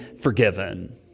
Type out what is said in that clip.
forgiven